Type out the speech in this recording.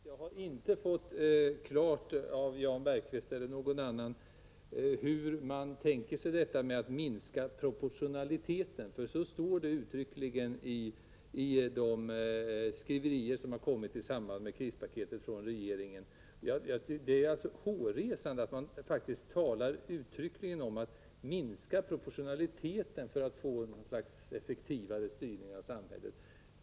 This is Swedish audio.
Herr talman! Jag har inte av Jan Bergqvist eller någon annan fått klart besked om hur man tänker sig att minska proportionaliteten. Så står det nämligen uttryckligen i de skrivelser som kommit i samband med krispaket från regeringen. Det är hårresande att man faktiskt uttryckligen talar om att minska proportionaliteten för att få något slags effektivare styrning av samhället.